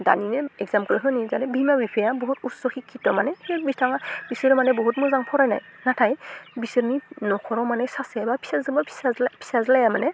दानि एगजामफोल होनि जाहाते बिमा बिफाया बुहुत असुहिकित्त माने बिथां बिसोरो माने बुहुत मोजां फरायनाय नाथाय बिसोरनि नखराव माने सासेबो फिसाजो बा फिसाज्ला फिसाज्लाया माने